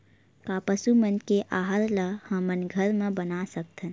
का पशु मन के आहार ला हमन घर मा बना सकथन?